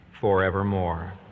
forevermore